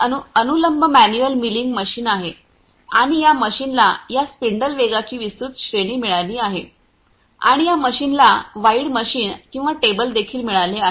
हे अनुलंब manual milling machine आहे आणि या मशीनला या स्पिंडल वेगाची विस्तृत श्रेणी मिळाली आहे आणि या मशीनला वाइड मशीन किंवा टेबल देखील मिळाले आहे